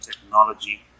technology